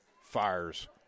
fires